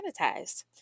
sanitized